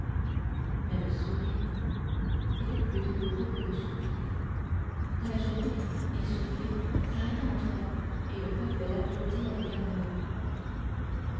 mais le sourire était plus douloureux que le soupir la jeune fille essoufflée s'arrêta enfin et le peuple l'applaudit avec amour